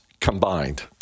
combined